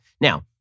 Now